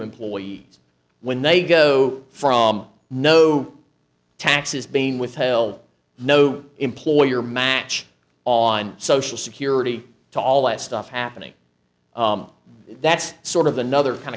employees when they go from no taxes being withheld no employer match on social security to all that stuff happening that's sort of another kind of